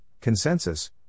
consensus